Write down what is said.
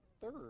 third